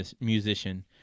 musician